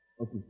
Okay